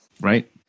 Right